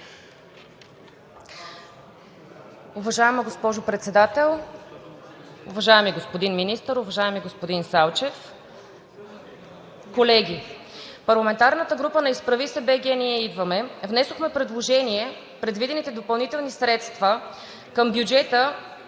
Уважаема госпожо Председател, уважаеми господин Министър, уважаеми господин Салчев, колеги! От парламентарната група на „Изправи се БГ! Ние идваме!“ внесохме предложение предвидените допълнителни средства към бюджета